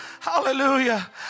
Hallelujah